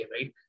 right